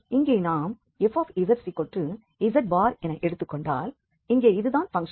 இங்கே நாம் fzz என்று எடுத்துக்கொண்டால் இங்கே இது தான் பங்க்ஷன்